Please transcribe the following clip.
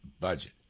budget